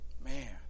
man